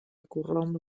corromp